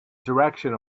direction